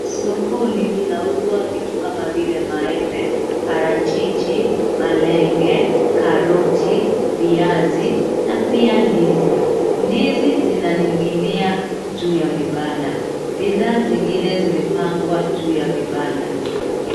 Sokoni mnauswa vitu kama vile maembe, parachichi malenge, karoti, viazi na pia ndizi, ndizi zinaningi'nia juu ya vipanda, bidhaa zingine zimepangwa juu ya vipanda.